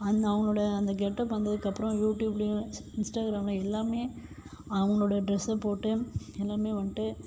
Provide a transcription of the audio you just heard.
அந்த அவங்களோட அந்த கெட்டப் வந்ததுக்கப்றம் யூடியூப்லேயும் இன்ஸ்ட்டாக்ராம்லேயும் எல்லாமே அவங்களோட ட்ரெஸ்ஸை போட்டு எல்லாமே வந்துட்டு